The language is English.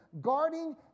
guarding